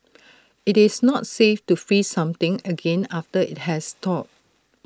IT is not safe to freeze something again after IT has thawed